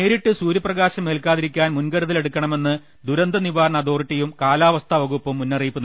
നേരിട്ട് സൂര്യപ്ര കാശം ഏൽക്കാതിരിക്കാൻ മുൻകരുതൽ എടുക്കണമെന്ന് ദുരന്ത നിവാരണ അതോറിറ്റിയും കാലാവസ്ഥാ വകുപ്പും മുന്നറിയിപ്പ് നൽകി